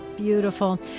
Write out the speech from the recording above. beautiful